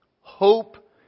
Hope